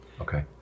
Okay